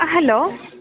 hello